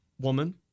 woman